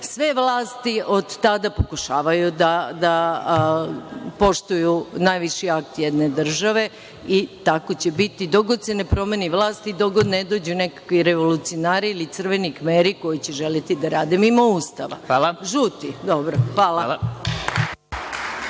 sve vlasti od tada pokušavaju da poštuju najviši akt jedne države i tako će biti, dokle god se ne promeni vlast i dokle god ne dođu nekakvi revolucionari ili Crveni Kmeri, koji će želeti da rade mimo Ustava. **Vladimir Marinković** Hvala. Reč